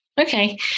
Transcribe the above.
Okay